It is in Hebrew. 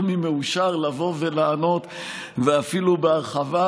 אהיה יותר ממאושר לבוא ולענות ואפילו בהרחבה.